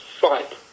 fight